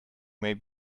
may